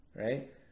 right